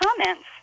comments